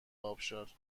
آبشار